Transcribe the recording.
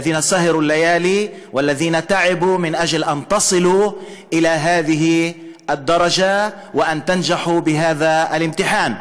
שעמלו ימים כלילות כדי שתגיעו לדרגה הזאת ותצליחו במבחן הזה.